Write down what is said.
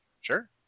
Sure